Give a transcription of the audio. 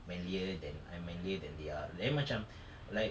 manlier than I'm manlier than they are then macam like